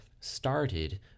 started